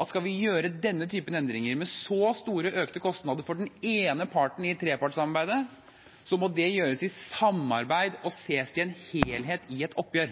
at skal vi gjøre denne typen endringer, med så store økte kostnader for den ene parten i trepartssamarbeidet, må det gjøres i samarbeid og ses i en helhet i et oppgjør.